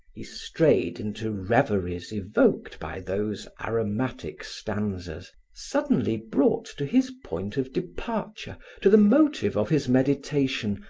he strayed into reveries evoked by those aromatic stanzas, suddenly brought to his point of departure, to the motive of his meditation,